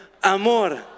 Amor